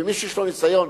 ומי שיש לו ניסיון,